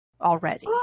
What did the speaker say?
already